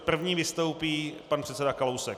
První vystoupí pan předseda Kalousek.